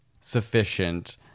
sufficient